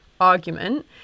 argument